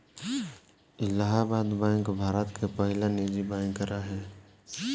Allahabad bank Bharat के पहिला निजी बैंक रहे